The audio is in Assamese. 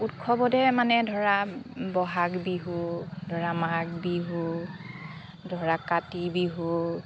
উৎসৱতহে মানে ধৰা ব'হাগ বিহু ধৰা মাঘ বিহু ধৰা কাতি বিহু